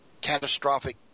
catastrophic